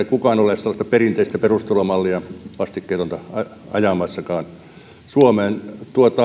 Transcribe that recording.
kukaan ole sellaista perinteistä perusturvamallia vastikkeetonta ajamassakaan suomeen